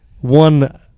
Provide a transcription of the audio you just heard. one